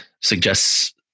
suggests